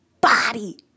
body